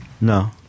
No